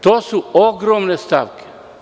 To su ogromne stavke.